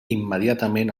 immediatament